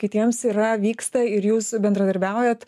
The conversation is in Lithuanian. kitiems yra vyksta ir jūs bendradarbiaujat